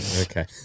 Okay